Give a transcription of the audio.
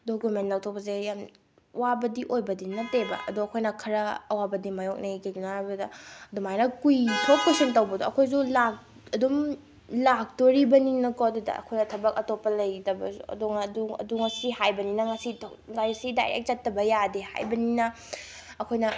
document ꯂꯧꯊꯣꯛꯄꯁꯦ ꯌꯥꯝ ꯋꯥꯕꯗꯤ ꯑꯣꯏꯕꯗꯤ ꯅꯠꯇꯦꯕ ꯑꯗꯣ ꯑꯩꯈꯣꯏꯅ ꯈꯔ ꯑꯋꯥꯕꯗꯤ ꯃꯥꯏꯌꯣꯛꯅꯩ ꯀꯔꯤꯒꯤꯅꯣ ꯍꯥꯏꯕꯗ ꯑꯗꯨꯃꯥꯏꯅ ꯀꯨꯏꯊꯣꯛ ꯀꯨꯏꯁꯤꯟ ꯇꯧꯕꯗꯣ ꯑꯩꯈꯣꯏꯁꯨ ꯑꯗꯨꯝ ꯂꯥꯛꯇꯣꯔꯤꯕꯅꯤꯅꯀꯣ ꯑꯗꯨꯗ ꯑꯩꯈꯣꯏꯗ ꯊꯕꯛ ꯂꯩꯇꯕꯗꯧꯅ ꯑꯗꯨ ꯉꯁꯤ ꯍꯥꯏꯕꯅꯤꯅ ꯉꯁꯤ ꯗꯥꯏꯔꯦꯛ ꯆꯠꯇꯕ ꯌꯥꯗꯦ ꯍꯥꯏꯕꯅꯤꯅ ꯑꯩꯈꯣꯏꯅ